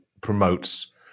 promotes